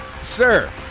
Sir